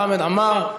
חמד עמאר,